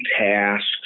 tasks